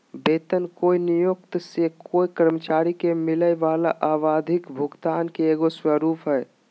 वेतन कोय नियोक्त से कोय कर्मचारी के मिलय वला आवधिक भुगतान के एगो स्वरूप हइ